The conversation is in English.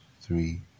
three